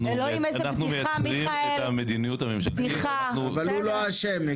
אנחנו מייצרים את המדיניות הממשלתית- -- אבל לא הוא אשם.